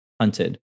hunted